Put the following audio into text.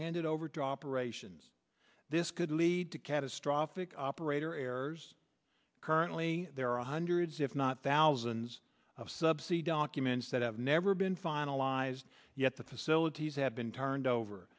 handed over to operations this could lead to catastrophic operator errors currently there are hundreds if not thousands of subsidy documents that have never been finalized yet the facilities have been turned over